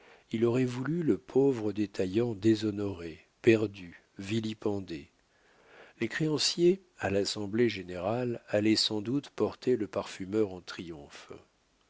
il aurait voulu le pauvre détaillant déshonoré perdu vilipendé les créanciers à l'assemblée générale allaient sans doute porter le parfumeur